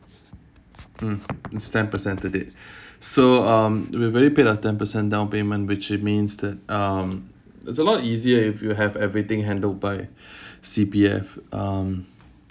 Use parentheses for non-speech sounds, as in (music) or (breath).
mm it's ten percent to date so (breath) um we have already paid our ten percent down payment which it means that um that's a lot easier if you have everything handled by (breath) C_P_F um